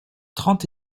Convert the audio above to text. trente